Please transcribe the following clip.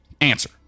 Answer